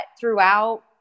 throughout